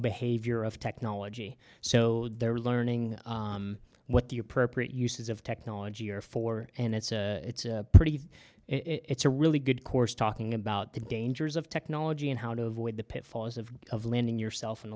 behavior of technology so they're learning what the appropriate uses of technology are for and it's a pretty it's a really good course talking about the dangers of technology and how to avoid the pitfalls of of landing yourself in